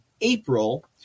April